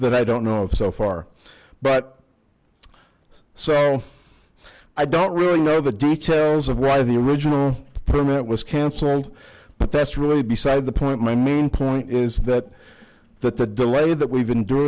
that i don't know if so far but so i don't really know the details of why the original permanent was cancelled but that's really beside the point my main point is that that the delay that we've